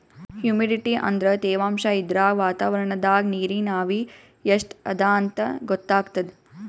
humidity ಅಂದ್ರ ತೆವಾಂಶ್ ಇದ್ರಾಗ್ ವಾತಾವರಣ್ದಾಗ್ ನೀರಿನ್ ಆವಿ ಎಷ್ಟ್ ಅದಾಂತ್ ಗೊತ್ತಾಗ್ತದ್